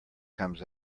comes